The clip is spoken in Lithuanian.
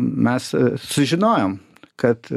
mes sužinojom kad